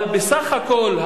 אבל בסך הכול,